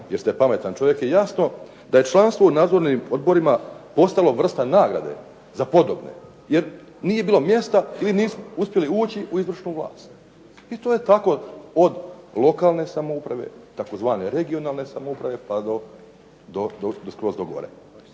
jer ste pametan čovjek je jasno da je članstvo u nadzornim odborima postalo vrsta nagrade za podobne, jer nije bilo mjesta ili niste uspjeli ući u izvršnu vlast. I to je tako od lokalne samouprave, tzv. regionalne samouprave pa skroz do gore.